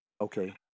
Okay